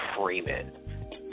Freeman